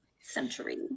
century